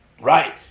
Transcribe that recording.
right